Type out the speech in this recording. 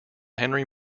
henry